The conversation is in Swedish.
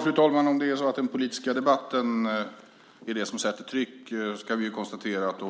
Fru talman! Om det är så att den politiska debatten är det som sätter tryck kan vi konstatera att